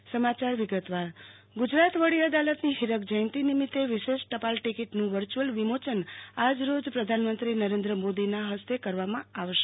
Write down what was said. ગુજરાત વડી અદાલત ટપાલ્લ ટિકીટ ગુજરાત વડી અદાલતની ફીરક જયંતિ નિમિતે વિશેષ ટેપાલ ટિકિટનું વર્ષ્યુલ વિમોચન આજરોજ પ્રધાનમંત્રી નરેન્દ્ર મોદીના હસ્તે કરવામાં આવશે